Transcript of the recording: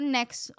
Next